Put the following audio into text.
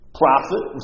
profit